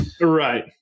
Right